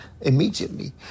immediately